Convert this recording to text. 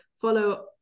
Follow